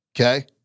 okay